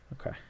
Okay